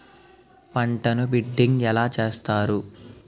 పంటను బిడ్డింగ్ ఎలా చేస్తారు?